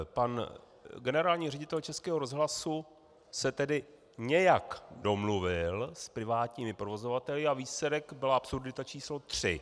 Pan generální ředitel Českého rozhlasu se tedy nějak domluvil s privátními provozovateli a výsledek byla absurdita číslo tři.